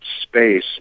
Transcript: space